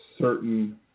certain